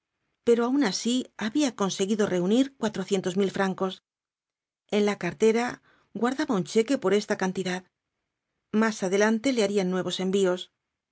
pero aun así había conseguido reunir cuatrocientos mil francos en la cartera guardaba un cheque por esta cantidad más adelante le harían nuevos envíos